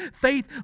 faith